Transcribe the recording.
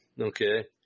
Okay